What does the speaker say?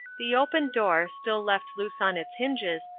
the open door, still left loose on its hinges,